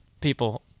people